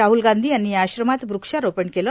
राहुल गांधी यांनी या आश्रमात वृक्षारोपण केलं